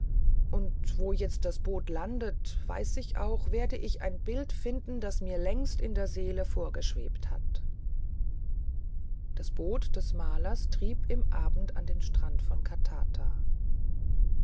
und wo jetzt das boot landet weiß ich auch werde ich ein bild finden das mir längst in der seele vorgeschwebt hat das boot des malers trieb im abend an den strand von katata